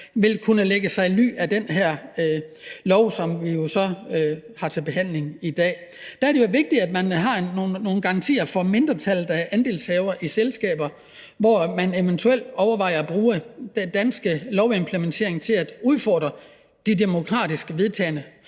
vil kunne lægge sig i ly af den her lov, som vi har til behandling i dag. Der er det jo vigtigt, at man har nogle garantier for mindretallet af andelshavere i selskaber, hvor man eventuelt overvejer at bruge den danske lovimplementering til at udfordre de demokratisk vedtagne